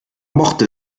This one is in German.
mochte